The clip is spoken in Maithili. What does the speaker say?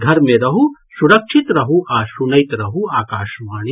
घर मे रहू सुरक्षित रहू आ सुनैत रहू आकाशवाणी